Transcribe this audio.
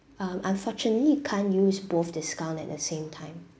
um unfortunately you can't use both discount at the same time